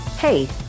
Hey